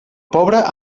pobre